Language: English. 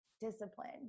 discipline